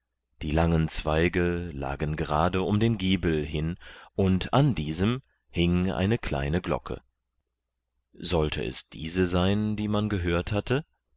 die langen zweige lagen gerade um den giebel hin und an diesem hing eine kleine glocke sollte es diese sein die man gehört hatte